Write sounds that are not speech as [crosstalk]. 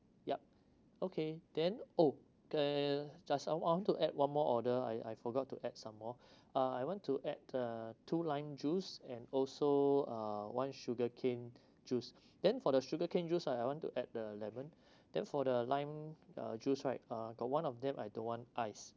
yup okay then oh c~ uh cause I want I want to add one more order I I forgot to add some more [breath] uh I want to add uh two lime juice and also uh one sugarcane juice then for the sugarcane juice like I want to add the lemon [breath] then for the lime uh juice right uh got one of them I don't want ice